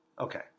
Okay